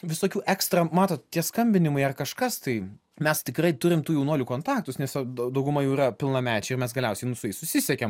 visokių ekstra matot tie skambinimai ar kažkas tai mes tikrai turim tų jaunuolių kontaktus nes dauguma jų yra pilnamečiai mes galiausiai nu su jais susisiekiam